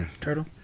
turtle